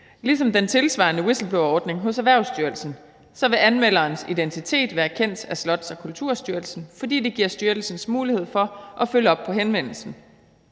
Ligesom den tilsvarende whistleblowerordning hos Erhvervsstyrelsen vil anmelderens identitet være kendt af Slots- og Kulturstyrelsen, fordi det giver styrelsen mulighed for at følge op på henvendelsen.